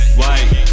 white